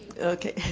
Okay